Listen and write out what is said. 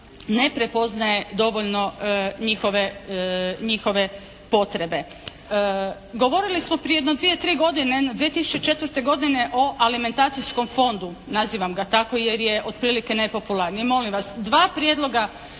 ne prepoznaje dovoljno njihove potrebe. Govorili smo prije jedno dvije, tri godine, 2004. godine o alimentacijskom fondu, nazivam ga tako jer je otprilike najpopularniji. Molim vas, dva prijedloga